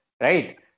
right